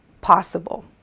possible